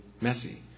messy